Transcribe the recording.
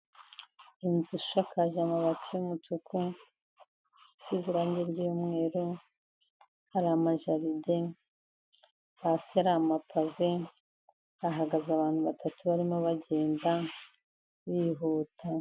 Inzu ishakaje amabati y'umutuku, isize irange ry'umweru, hari amajaride, hasi hari amapave, hahagaze abantu batatu barimo bagenda bihuta.